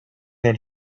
that